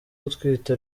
gutwita